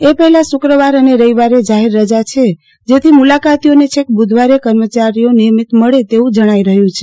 અે પહેલા શુક્રવાર અને રવિવારે જાહેર રજા છે જેથી મુલાકાતીઅોને છેક બુધવારે કર્મચારીઅો નિયમિત મળશે તેવું જણાઇ રહયું છે